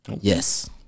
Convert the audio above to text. Yes